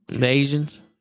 Asians